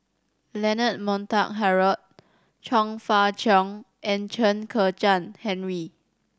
Leonard Montague Harrod Chong Fah Cheong and Chen Kezhan Henri